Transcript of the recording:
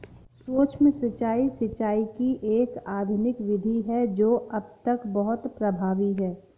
सूक्ष्म सिंचाई, सिंचाई की एक आधुनिक विधि है जो अब तक बहुत प्रभावी है